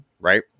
Right